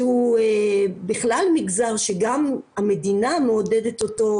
שהוא בכלל מגזר שגם המדינה מעודדת אותו,